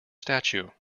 statue